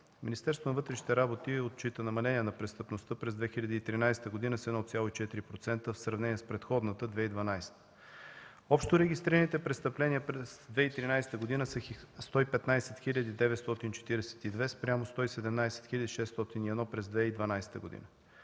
Министерството на вътрешните работи отчита намаление на престъпността през 2013 г. с 1,4% в сравнение с предходната 2012 г. Общо регистрираните престъпления през 2013 г. са 115 942 спрямо 117 601 през 2012 г.